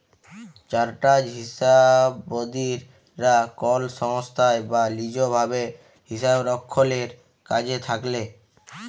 chartered হিসাববিদ রা কল সংস্থায় বা লিজ ভাবে হিসাবরক্ষলের কাজে থাক্যেল